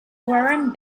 warren